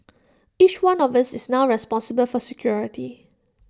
each one of us is now responsible for security